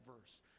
verse